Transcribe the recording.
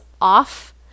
off